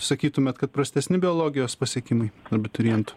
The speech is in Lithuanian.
sakytumėt kad prastesni biologijos pasiekimai abiturientų